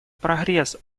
прогресс